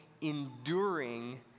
enduring